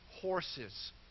horses